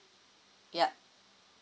yup